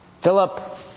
Philip